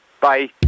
Bye